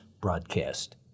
broadcast